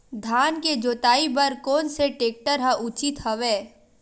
धान के जोताई बर कोन से टेक्टर ह उचित हवय?